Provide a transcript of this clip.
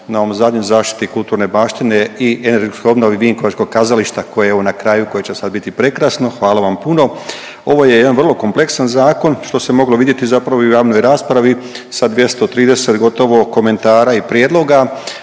na ovoj zadnjoj zaštiti kulturne baštine i energetskoj obnovi vinkovačkog kazališta koje evo na kraju koje će sad biti prekrasno, hvala vam puno. Ovo je jedan vrlo kompleksan zakon, što se moglo vidjeti zapravo i u javnoj raspravi sa 230 gotovo komentara i prijedloga,